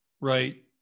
right